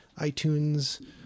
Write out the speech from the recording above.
iTunes